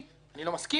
לא מסכים אתכם.